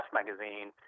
magazine